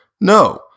no